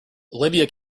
olivia